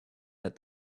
that